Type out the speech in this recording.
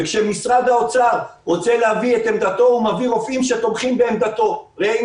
כאשר משרד האוצר רוצה להביא את עמדתו הוא מביא רופאים שתומכים בעמדתו,